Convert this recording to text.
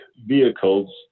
vehicles